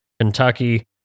Kentucky